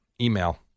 Email